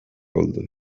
oldu